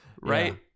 right